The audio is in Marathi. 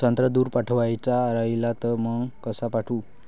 संत्रा दूर पाठवायचा राहिन तर मंग कस पाठवू?